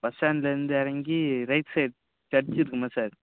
bus ஸ்டாண்ட்லேருந்து இறங்கி right side church இருக்கும்ல சார்